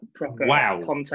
Wow